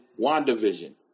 WandaVision